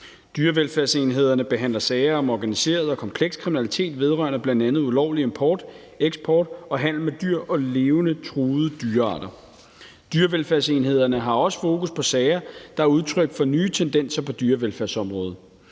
Dyrevelfærdsenhederne behandler sager om organiseret og kompleks kriminalitet vedrørende bl.a. ulovlig import og eksport og handel med dyr og levende truede dyrearter. Dyrevelfærdsenhederne har også fokus på sager, der er udtryk for nye tendenser på dyrevelfærdsområdet.